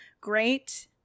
great